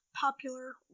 popular